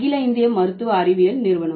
அகில இந்திய மருத்துவ அறிவியல் நிறுவனம்